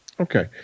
Okay